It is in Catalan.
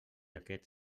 aquest